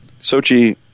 Sochi